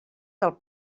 del